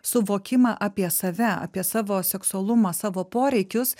suvokimą apie save apie savo seksualumą savo poreikius